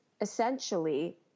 essentially